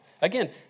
Again